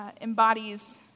embodies